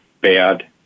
bad